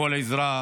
כל עזרה,